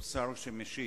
או שר שמשיב,